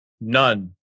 none